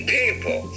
people